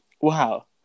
wow